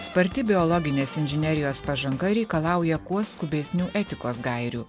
sparti biologinės inžinerijos pažanga reikalauja kuo skubesnių etikos gairių